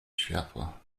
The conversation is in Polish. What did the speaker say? światła